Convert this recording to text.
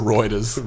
Reuters